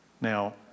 Now